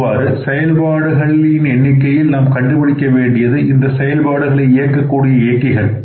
இவ்வாறு செயல்பாடுகளில் எண்ணிக்கையில் நாம் கண்டுபிடிக்க வேண்டியது இந்த செயல்பாடுகளை இயக்கக்கூடிய இயக்கிகள்